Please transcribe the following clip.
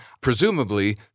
presumably